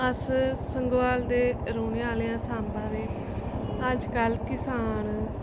अस्स संगवाल दे रौह्ने आह्ले आं साम्बा दे अज्ज कल्ल किसान